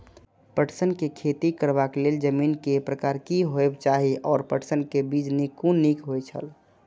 पटसन के खेती करबाक लेल जमीन के प्रकार की होबेय चाही आओर पटसन के बीज कुन निक होऐत छल?